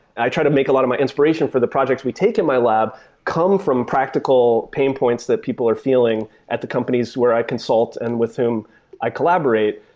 i try to make a lot of my inspiration for the projects we take in my lab come from practical pain points that people are feeling at the companies where i consult and with whom i collaborate,